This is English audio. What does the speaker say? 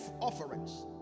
offerings